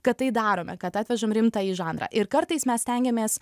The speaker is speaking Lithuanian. kad tai darome kad atvežam rimtąjį žanrą ir kartais mes stengiamės